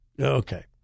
Okay